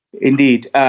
Indeed